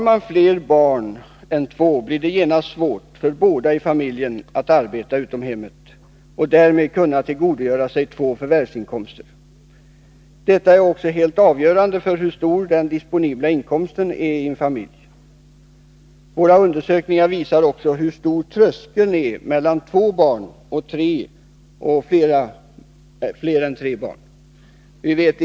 Med fler barn än två blir det genast svårt att ordna så att båda föräldrarna kan arbeta utom hemmet och därmed kunna tillgodogöra sig två förvärvsinkomster. Detta är också helt avgörande för hur hög den disponibla inkomsten är i familjen. Våra undersökningar visar också hur hög tröskeln är mellan två barn och tre barn eller ännu fler.